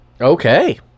Okay